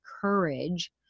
courage